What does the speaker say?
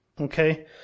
okay